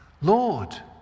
Lord